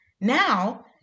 now